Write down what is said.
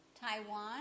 Taiwan